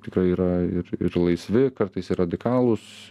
tikrai yra ir ir laisvi kartais ir radikalūs